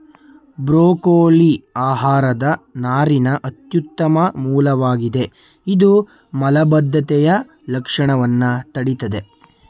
broccoli ಆಹಾರದ ನಾರಿನ ಅತ್ಯುತ್ತಮ ಮೂಲವಾಗಿದೆ ಇದು ಮಲಬದ್ಧತೆಯ ಲಕ್ಷಣವನ್ನ ತಡಿತದೆ